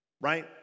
right